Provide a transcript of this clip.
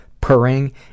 purring